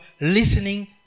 listening